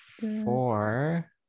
Four